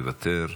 מוותר,